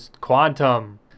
quantum